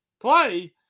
play